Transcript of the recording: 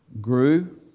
grew